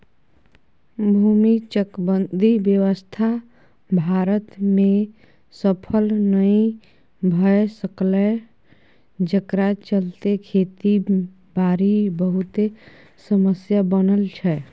भूमि चकबंदी व्यवस्था भारत में सफल नइ भए सकलै जकरा चलते खेती बारी मे बहुते समस्या बनल छै